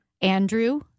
Andrew